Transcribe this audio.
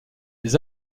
les